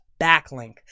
backlink